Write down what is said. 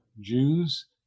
Jews